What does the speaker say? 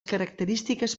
característiques